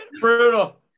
brutal